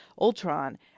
Ultron